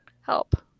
Help